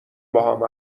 باهام